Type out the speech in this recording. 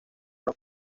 una